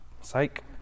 Psych